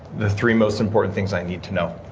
the three most important things i need to know.